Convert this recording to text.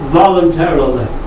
voluntarily